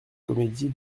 comédie